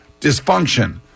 dysfunction